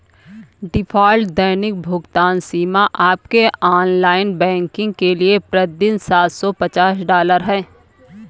default दैनिक भुगतान सीमा आपके ऑनलाइन बैंकिंग के लिए प्रति दिन सात सौ पचास डॉलर है